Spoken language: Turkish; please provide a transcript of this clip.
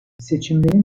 seçimlerin